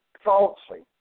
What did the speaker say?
Falsely